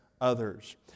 others